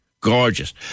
Gorgeous